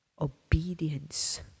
obedience